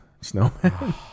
snowman